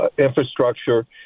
infrastructure